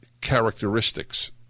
characteristics